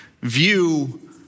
view